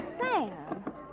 Sam